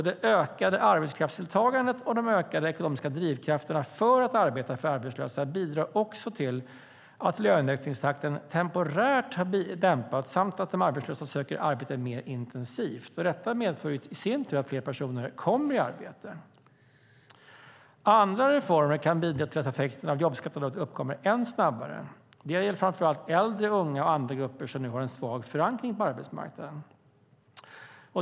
Det ökade arbetskraftsdeltagandet och de ökade ekonomiska drivkrafterna för arbetslösa att arbeta bidrar också till att löneökningstakten temporärt har dämpats samt att de arbetslösa söker arbete mer intensivt. Detta medför i sin tur att fler personer kommer i arbete. Andra reformer kan bidra till att effekten av jobbskatteavdraget uppkommer än snabbare. Det gäller framför allt äldre, unga och andra grupper som nu har en svag förankring på arbetsmarknaden.